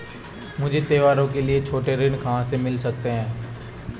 मुझे त्योहारों के लिए छोटे ऋृण कहां से मिल सकते हैं?